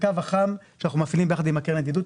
לקו החם שאנחנו מפעילים ביחד עם הקרן לידידות,